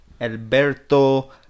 Alberto